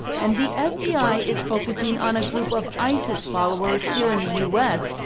and the f b i. is focusing on a group of isis followers here in the u s,